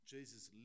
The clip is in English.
Jesus